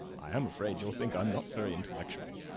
i am afraid you'll think i am not very intellectual.